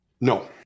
No